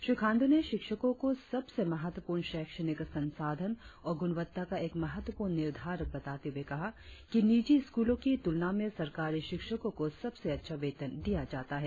श्री खांडू ने शिक्षकों को सबसे महत्वपूर्ण शैक्षणिक संसाधन और गुणवत्ता का एक महत्वपूर्ण निर्धारक बताते हुए कहा कि नीजि स्कूलों की तुलना में सरकारी शिक्षकों को सबसे अच्छा वेतन दिया जाता है